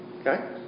Okay